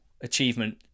achievement